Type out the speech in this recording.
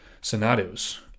scenarios